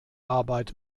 arbeit